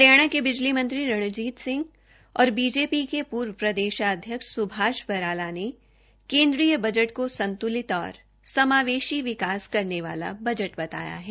हरियाणा के बिजली मंत्री रंजीत सिंह और बीजेपी के पूर्व प्रदेशाध्यक्ष सुभाष बराला ने केन्द्रीय बजट को संतुलित और समावेशी विकास करने वाला बजट बताया है